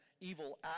evil